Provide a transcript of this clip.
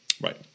Right